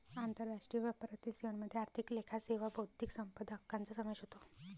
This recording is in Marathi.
आंतरराष्ट्रीय व्यापारातील सेवांमध्ये आर्थिक लेखा सेवा बौद्धिक संपदा हक्कांचा समावेश होतो